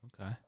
Okay